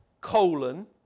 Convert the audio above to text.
colon